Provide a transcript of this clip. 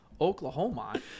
Oklahoma